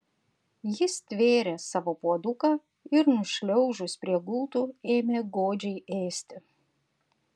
ji stvėrė savo puoduką ir nušliaužus prie gultų ėmė godžiai ėsti